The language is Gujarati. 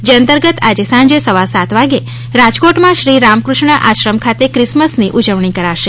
જે અતંર્ગત આજે સાંજે સવા સાત વાગે રાજકોટમાં શ્રી રામક઼ષ્ણ આશ્રમ ખાતે ક્રિસમસની ઉજવણી કરાશે